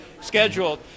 scheduled